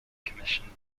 commissioned